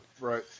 Right